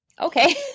Okay